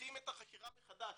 ופותחים את החקירה מחדש.